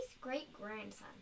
great-grandson